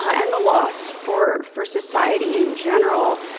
and the loss for for society in general.